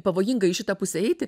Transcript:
pavojinga į šitą pusę eiti